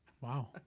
Wow